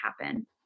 happen